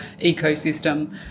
ecosystem